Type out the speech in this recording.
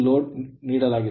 ಇದು ಲೋಡ್ ನೀಡಲಾಗಿದೆ